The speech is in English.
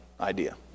idea